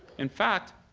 in fact,